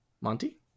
Monty